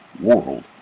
world